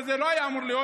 וזה לא היה אמור להיות.